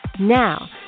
Now